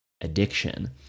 addiction